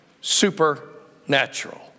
supernatural